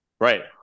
Right